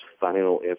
final